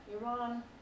Iran